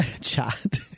Chat